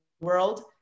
world